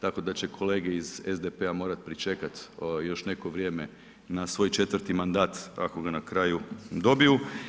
Tako da će kolege iz SDP-a morati pričekati još neko vrijeme na svoj 4.-ti mandat ako ga na kraju dobiju.